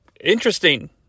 interesting